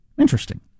Interesting